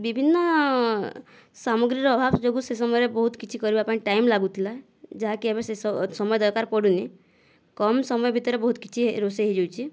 ବିଭିନ୍ନ ସାମଗ୍ରୀର ଅଭାବ ଯୋଗୁଁ ସେ ସମୟରେ ବହୁତ କିଛି କରିବା ପାଇଁ ଟାଇମ ଲାଗୁଥିଲା ଯାହାକି ଏବେ ସେ ସମୟ ଦରକାର ପଡ଼ୁନି କମ୍ ସମୟ ଭିତରେ ବହୁତ କିଛି ରୋଷେଇ ହେଇଯାଉଛି